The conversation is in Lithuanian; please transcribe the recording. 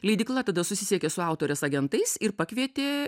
leidykla tada susisiekė su autorės agentais ir pakvietė